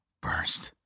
burst